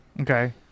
Okay